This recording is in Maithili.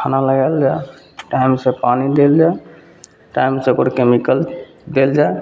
खाना लगायल जाय टाइमसँ पानि देल जाय टाइमसँ ओकर कैमिकल देल जाय